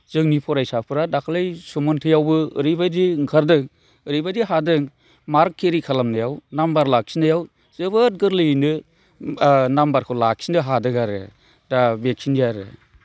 जोंनि फरायसाफोरा दाखालै समन्थायावबो ओरैबायदि ओंखारदों ओरैबायदि हादों मार्क केरि खालामनायाव नाम्बार लाखिनायाव जोबोद गोरलैयैनो नाम्बारखौ लाखिनो हादों आरो दा बेखिनि आरो